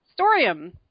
Storium